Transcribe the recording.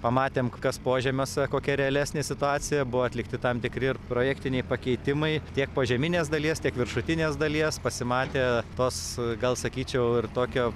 pamatėm kas požemiuose kokia realesnė situacija buvo atlikti tam tikri ir projektiniai pakeitimai tiek požeminės dalies tiek viršutinės dalies pasimatė tos gal sakyčiau ir tokio